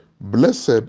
Blessed